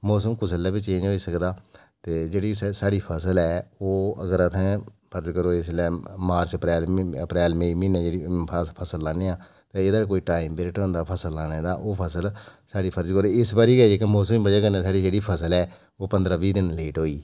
मौसम कुसलै बी चेंज होई सकदा ते जेह्ड़ी साढ़ी फसल ऐ ओह फर्ज़ करो इसलै मार्च अप्रैल मेईं म्हीना अस फसल लान्ने आं एह्दा कोई टाईम पिरियड होंदा फसल लाने दा इस बारी गै जेह्की साढ़ी पसल ऐ ओह् प्रंद्राह् बी दिन लेट होई